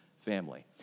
family